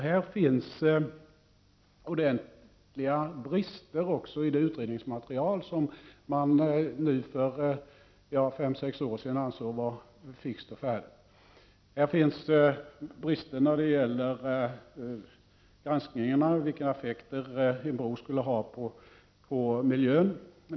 Det finns ordentliga brister också i det utredningsmaterial som man för fem sex år sedan ansåg vara fixt och färdigt. Det finns brister beträffande granskningen av vilka effekter en bro skulle ha på miljön.